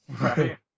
Right